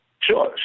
sure